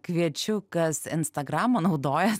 kviečiu kas instagramą naudojat